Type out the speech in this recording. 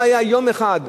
לא היה יום אחד,